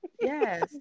yes